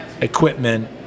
equipment